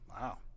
Wow